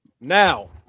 Now